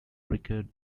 richard